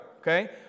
okay